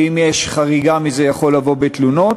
ואם יש חריגה מזה הוא יכול לבוא בתלונות